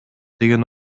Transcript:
деген